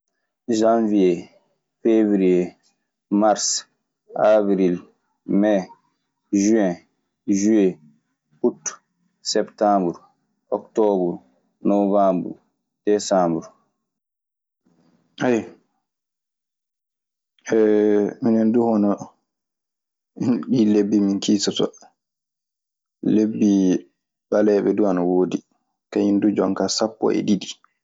Jawiye, feburuye, marse, awril, mee, juen, juye, utte, septemburu, oktoburu, nowanburu, desemburu. Ayiwa, minen du wonaa ɗin lebbi min kiisoto. Lebbi ɓaleeɓe du ana woodi. Kañum du, jooni ka lebbi sappo e ɗiɗi.